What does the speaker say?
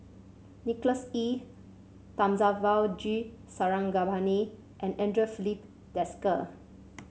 Nicholas Ee Thamizhavel G Sarangapani and Andre Filipe Desker